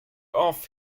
off